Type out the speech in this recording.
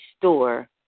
store